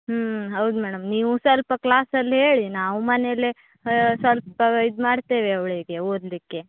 ಹ್ಞೂ ಹೌದು ಮೇಡಮ್ ನೀವು ಸ್ವಲ್ಪ ಕ್ಲಾಸಲ್ಲಿ ಹೇಳಿ ನಾವು ಮನೆಯಲ್ಲಿ ಸ್ವಲ್ಪಇದು ಮಾಡ್ತೇವೆ ಅವಳಿಗೆ ಓದಲಿಕ್ಕೆ